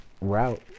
route